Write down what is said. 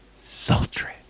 sultry